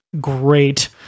great